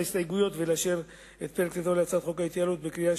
לאשר את פרק ט"ו להצעת חוק ההתייעלות בקריאה